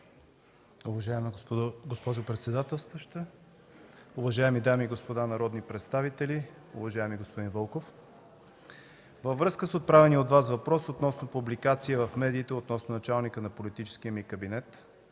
Уважаема госпожо председателстваща, уважаеми дами и господа народни представители, уважаеми господин Вълков! Във връзка с отправения от Вас въпрос по повод публикации в медиите относно началника на политическия ми кабинет